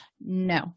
no